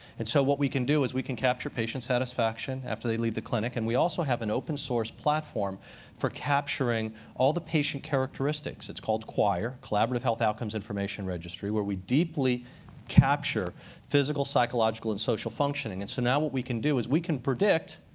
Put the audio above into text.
and so what we can do is we can capture patient satisfaction after they leave the clinic, and we also have an open source platform for capturing all the patient characteristics. it's called choir collaborative health outcomes information registry where we deeply capture physical, psychological, and social functioning. and so now what we can do is we can predict,